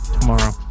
tomorrow